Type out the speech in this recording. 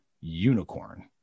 unicorn